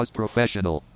professional